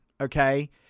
Okay